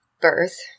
birth